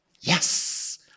Yes